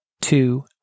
two